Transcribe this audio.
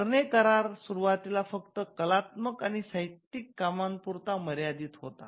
Berne करारा सुरुवातीला फक्त कलात्मक आणि साहित्यिक कामांपुरता मर्यादित होता